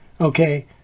Okay